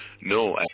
No